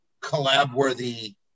collab-worthy